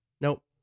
Nope